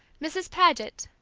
mrs. paget,